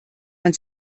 man